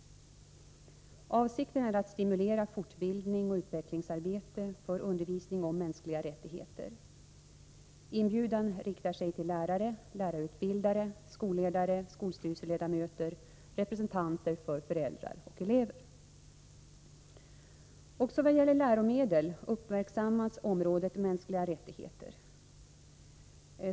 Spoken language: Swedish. Avsikten är att stimulera fortbildning och utvecklingsarbete för undervisningen om mänskliga rättigheter. Inbjudan riktar sig till lärare, lärarutbildare, skolledare, skolstyrelseledamöter, representanter för föräldrar och elever. Också i vad gäller läromedel uppmärksammas området mänskliga rättigheter.